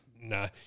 nah